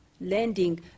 lending